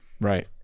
Right